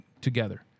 together